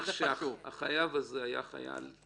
שהחייב הזה היה חייל,